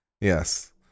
Yes